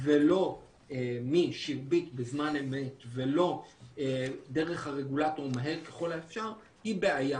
ולא משירביט בזמן אמת ולא דרך הרגולטורים האלה ככל האפשר היא בעיה.